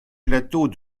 plateaux